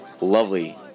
lovely